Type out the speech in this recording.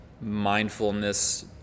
mindfulness